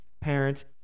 parents